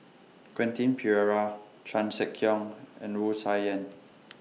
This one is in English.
Quentin Pereira Chan Sek Keong and Wu Tsai Yen